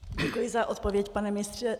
Děkuji za odpověď, pane ministře.